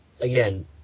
again